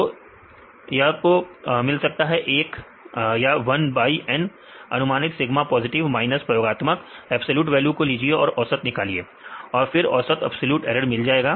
तो यह को मिल सकता है 1 बाई N अनुमानित सिग्मा पॉजिटिव माइनस प्रयोगात्मक एब्सलूट वैल्यू को लीजिए और औसत निकालिए फिर हमें औसत एब्सलूट एरर मिल जाएगा